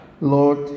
Lord